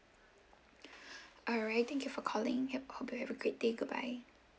alright thank you for calling ya hope you have a great day goodbye